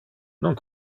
non